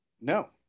No